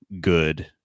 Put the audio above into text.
good